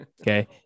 okay